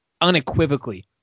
unequivocally